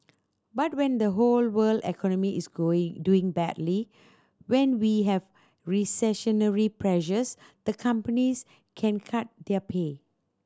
but when the whole world economy is going doing badly when we have recessionary pressures the companies can cut their pay